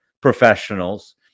professionals